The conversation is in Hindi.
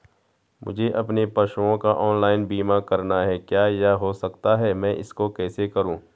मुझे अपने पशुओं का ऑनलाइन बीमा करना है क्या यह हो सकता है मैं इसको कैसे करूँ?